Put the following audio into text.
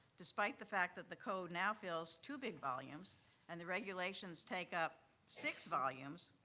despite the fact that the code now fills two big volumes and the regulations take up six volumes.